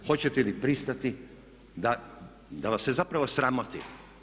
Hoćete li pristati da vas se zapravo sramoti?